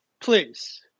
please